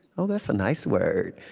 oh, that's a nice word.